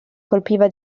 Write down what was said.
colpiva